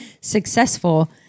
successful